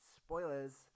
spoilers